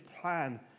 plan